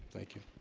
thank you